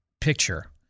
picture